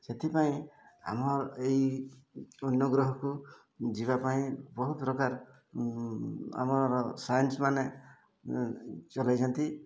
ସେଥିପାଇଁ ଆମର ଏଇ ଅନ୍ୟ ଗ୍ରହକୁ ଯିବା ପାଇଁ ବହୁତ ପ୍ରକାର ଆମର ସାଇନ୍ସମାନେ ଚଲେଇଛନ୍ତି